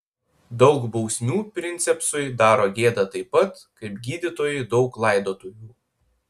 daug bausmių princepsui daro gėdą taip pat kaip gydytojui daug laidotuvių